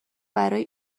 برای